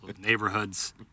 neighborhoods